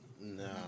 No